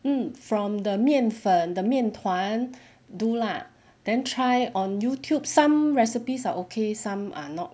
mm from the 面粉 the 面团 do lah then try on youtube some recipes are okay some are not